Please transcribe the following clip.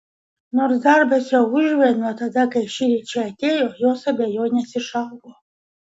nors darbas jau užvirė nuo tada kai šįryt čia atėjo jos abejonės išaugo